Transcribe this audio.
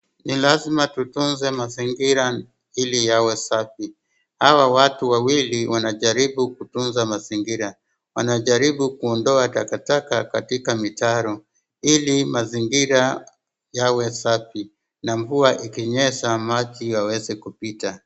Ni lazma tutunze mazingira ili yawe safi, hawa watu wawili wanajaribu kutunza mazingira, wanajaribu kuondoa takataka katika mitaro ili mazingira yawe safi na mvua ikinyesha maji yaweze kupita.